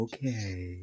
Okay